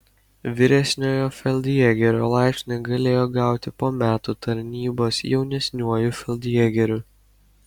vyresniojo feldjėgerio laipsnį galėjo gauti po metų tarnybos jaunesniuoju feldjėgeriu